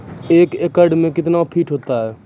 एक एकड मे कितना फीट होता हैं?